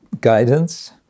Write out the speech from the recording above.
guidance